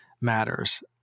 matters